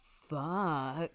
fuck